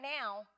now